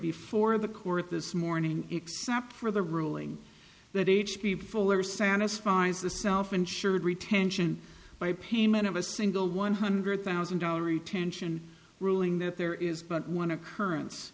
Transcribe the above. before the court this morning except for the ruling that h b fuller satisfies the self insured retention by payment of a single one hundred thousand dollar retention ruling that there is but one occurrence